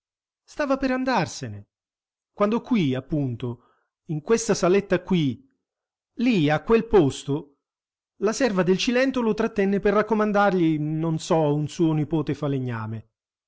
stava per andarsene quando qui appunto in questa saletta qui lì a quel posto la serva del cilento lo trattenne per raccomandargli non so un suo nipote falegname